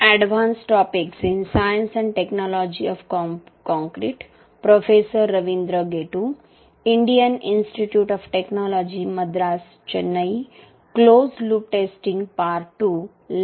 आता एवढ्या खोलात जायचे कशाला